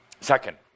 Second